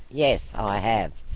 yes, i have.